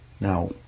Now